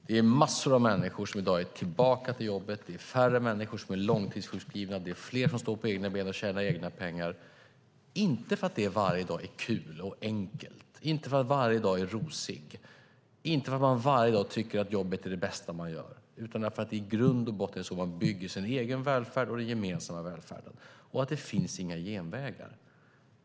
Det är massor av människor som i dag är tillbaka på jobbet, det är färre människor som är långtidssjukskrivna och det är fler som står på egna ben och tjänar egna pengar - inte för att det varje dag är kul och enkelt, inte för att varje dag är rosig och inte för att man varje dag tycker att jobbet är det bästa man gör utan för att det i grund och botten är så man bygger sin egen välfärd och den gemensamma välfärden. Det finns inga genvägar.